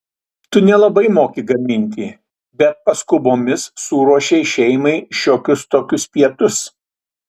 tu nelabai moki gaminti bet paskubomis suruošei šeimai šiokius tokius pietus